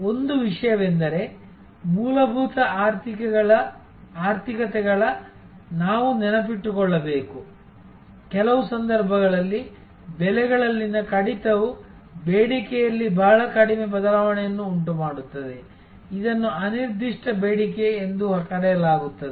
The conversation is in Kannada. ಒಂದು ವಿಷಯವೆಂದರೆ ಮೂಲಭೂತ ಆರ್ಥಿಕತೆಗಳನಾವು ನೆನಪಿಟ್ಟುಕೊಳ್ಳಬೇಕು ಕೆಲವು ಸಂದರ್ಭಗಳಲ್ಲಿ ಬೆಲೆಗಳಲ್ಲಿನ ಕಡಿತವು ಬೇಡಿಕೆಯಲ್ಲಿ ಬಹಳ ಕಡಿಮೆ ಬದಲಾವಣೆಯನ್ನು ಉಂಟುಮಾಡುತ್ತದೆ ಇದನ್ನು ಅನಿರ್ದಿಷ್ಟ ಬೇಡಿಕೆ ಎಂದು ಕರೆಯಲಾಗುತ್ತದೆ